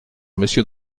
monsieur